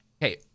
Hey